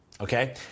Okay